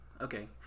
Okay